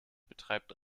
betreibt